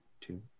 two